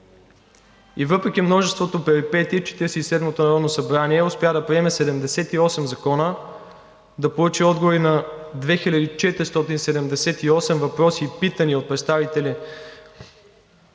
И въпреки множеството перипетии Четиридесет седмото народно събрание успя да приеме 78 закона, да получи отговори на 2478 въпроси и питания от представители